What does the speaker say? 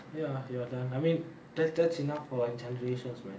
ya you're done I mean that's that's enough for generations man